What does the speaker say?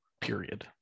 period